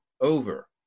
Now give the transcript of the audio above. over